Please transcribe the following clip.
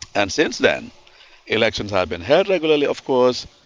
and since then elections have been held regularly of course,